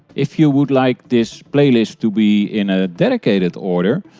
if you would like this playlist to be in a dedicated order,